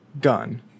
gun